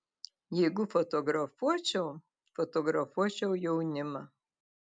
jeigu fotografuočiau fotografuočiau jaunimą